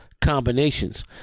combinations